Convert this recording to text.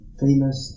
famous